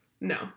no